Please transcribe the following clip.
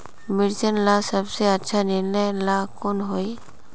मिर्चन ला सबसे अच्छा निर्णय ला कुन होई?